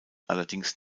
allerdings